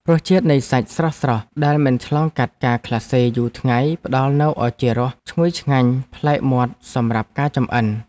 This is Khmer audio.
រសជាតិនៃសាច់ស្រស់ៗដែលមិនឆ្លងកាត់ការក្លាសេយូរថ្ងៃផ្ដល់នូវឱជារសឈ្ងុយឆ្ងាញ់ប្លែកមាត់សម្រាប់ការចម្អិន។